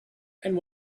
and